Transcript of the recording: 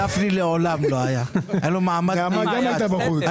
גפני מעולם לא היה, היה לו מעמד מיוחד.